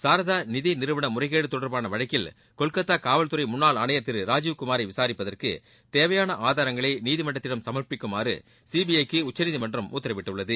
சாரதா நிதிநிறுவன முறைகேடு தொடர்பான வழக்கில் கொல்கத்தா காவல்துறை முன்னாள் ஆணையர் திரு ராஜீவ் குமாரை விசாரிப்பதற்கு தேவையான ஆதாரங்களை நீதிமன்றத்திடம் சமர்ப்பிக்குமாறு சிபிஐ க்கு உச்சநீதிமன்றம் உத்தரவிட்டுள்ளது